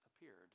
appeared